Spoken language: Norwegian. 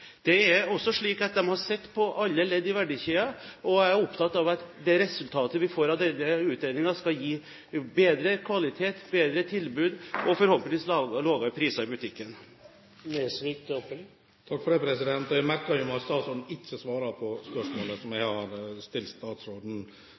Det er også slik at de har sett på alle ledd i verdikjeden. Jeg er opptatt av at det resultatet vi får i denne utredningen, skal gi bedre kvalitet, bedre tilbud og – forhåpentligvis – lavere priser i butikken. Jeg merket meg at statsråden ikke svarte på spørsmålet som jeg stilte ham. Mitt spørsmål var følgende: Vil statsråden